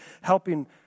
helping